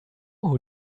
who